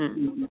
অঁ অঁ